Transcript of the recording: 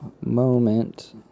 moment